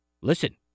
listen